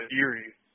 eerie